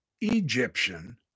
Egyptian